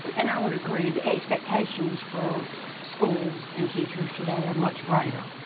and i would agree. the expectations for schools and teachers today are much greater.